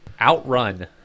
Outrun